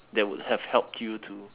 that would have helped you to